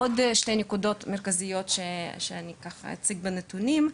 עוד שתי נקודות מרכזיות שאני אציג בנתונים: